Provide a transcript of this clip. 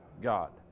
God